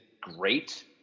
great